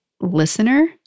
listener